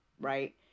right